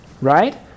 right